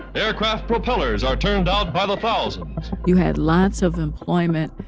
aircraft propellers are turned out by the thousands you had lots of employment.